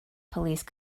police